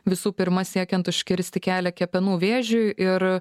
visų pirma siekiant užkirsti kelią kepenų vėžiui ir